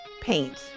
Paint